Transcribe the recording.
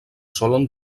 solen